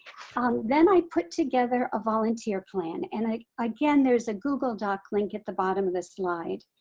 um then i put together a volunteer plan. and like again there's a google doc link at the bottom of this slide.